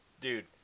Dude